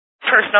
personal